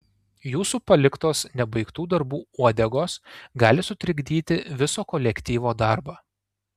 jūsų paliktos nebaigtų darbų uodegos gali sutrikdyti viso kolektyvo darbą